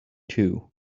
too